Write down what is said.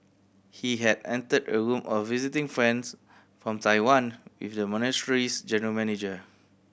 he had entered a room a visiting friends from Taiwan with the monastery's general manager